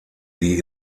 die